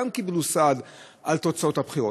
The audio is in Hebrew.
הם גם קיבלו סעד על תוצאות הבחירות.